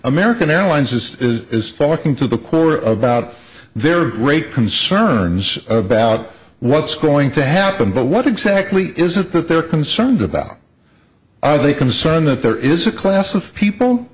american airlines is is talking to the choir about there are great concerns about what's going to happen but what exactly is it that they're concerned about are they concerned that there is a class of people